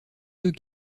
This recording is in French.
deux